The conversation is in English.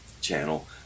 channel